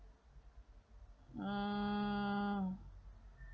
um